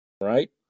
right